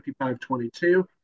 55-22